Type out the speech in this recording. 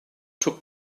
took